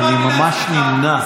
אני ממש נמנע.